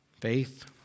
Faith